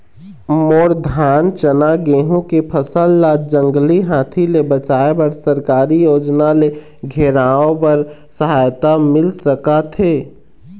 मोर धान चना गेहूं के फसल ला जंगली हाथी ले बचाए बर सरकारी योजना ले घेराओ बर सहायता मिल सका थे?